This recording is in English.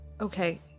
Okay